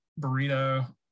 burrito